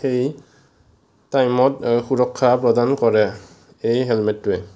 সেই টাইমত সুৰক্ষা প্ৰদান কৰে এই হেলমেটটোৱে